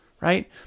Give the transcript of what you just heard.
right